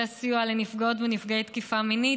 הסיוע לנפגעות ונפגעי תקיפה מינית,